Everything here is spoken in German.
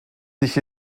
sich